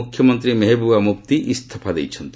ମୁଖ୍ୟମନ୍ତ୍ରୀ ମେହବୁବା ମୁଫ୍ତି ଇସ୍ତଫା ଦେଇଛନ୍ତି